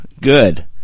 Good